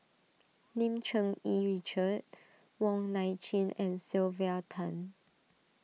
Lim Cherng Yih Richard Wong Nai Chin and Sylvia Tan